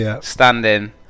standing